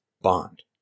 bond